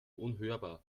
unhörbar